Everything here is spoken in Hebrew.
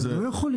הם לא יכולים.